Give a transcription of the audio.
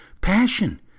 Passion